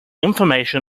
information